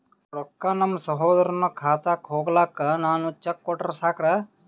ರೊಕ್ಕ ನಮ್ಮಸಹೋದರನ ಖಾತಕ್ಕ ಹೋಗ್ಲಾಕ್ಕ ನಾನು ಚೆಕ್ ಕೊಟ್ರ ಸಾಕ್ರ?